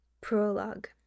prologue